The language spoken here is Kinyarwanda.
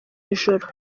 ijoro